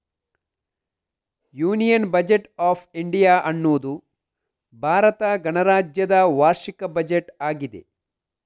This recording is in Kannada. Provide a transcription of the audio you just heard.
ಯೂನಿಯನ್ ಬಜೆಟ್ ಆಫ್ ಇಂಡಿಯಾ ಅನ್ನುದು ಭಾರತ ಗಣರಾಜ್ಯದ ವಾರ್ಷಿಕ ಬಜೆಟ್ ಆಗಿದೆ